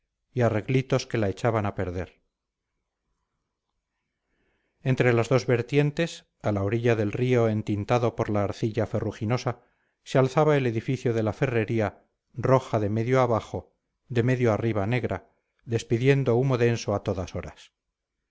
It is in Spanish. y arreglitos que la echaban a perder entre las dos vertientes a la orilla del río entintado por la arcilla ferruginosa se alzaba el edificio de la ferrería roja de medio abajo de medio arriba negra despidiendo humo denso a todas horas